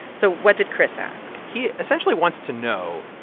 so what did chris ask? he, essentially, wants to know,